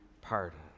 pardon